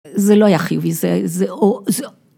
זה לא היה חיובי, זה, זה או, זה...